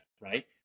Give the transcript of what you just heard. right